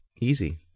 easy